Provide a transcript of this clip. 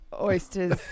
Oysters